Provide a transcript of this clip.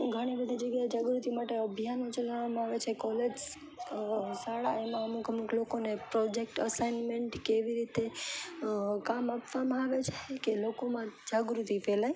ઘણી બધી જગ્યાએ જાગૃતિ માટે અભિયાન ચલાવવામાં આવે છે કોલેજ શાળા એમાં અમુક અમુક લોકોને પ્રોજેક્ટ અસાઈનમેંટ કે એવી રીતે કામ આપવામાં આવે છે કે લોકોમાં જાગૃતિ ફેલાય